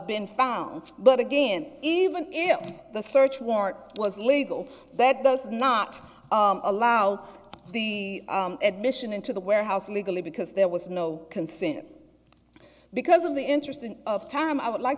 been found but again even if the search warrant was illegal that does not allow the admission into the warehouse legally because there was no consent because of the interest in of time i would like